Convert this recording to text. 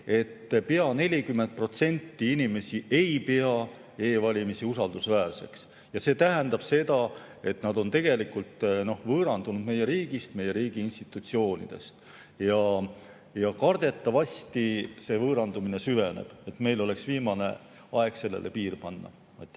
pea 40% inimesi ei pea e‑valimisi usaldusväärseks. See tähendab seda, et nad on tegelikult võõrandunud meie riigist, meie riigiinstitutsioonidest. Kardetavasti see võõrandumine süveneb. Meil oleks viimane aeg sellele piir panna. Raske